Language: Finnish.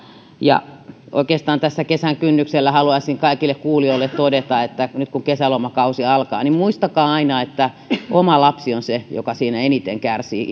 oikeastaan tässä kesän kynnyksellä haluaisin kaikille kuulijoille todeta että nyt kun kesälomakausi alkaa niin muistakaa aina että oma lapsi on se joka siinä eniten kärsii